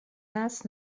است